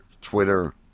Twitter